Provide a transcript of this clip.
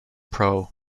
pro